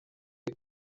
uyu